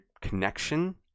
connection